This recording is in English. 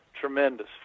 tremendous